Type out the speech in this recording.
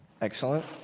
Excellent